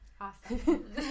Awesome